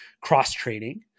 cross-training